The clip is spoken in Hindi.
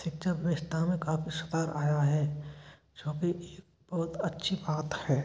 शिक्षा व्यवस्था में काफ़ी सुधार आया है जो कि ये बहुत अच्छी बात है